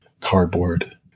cardboard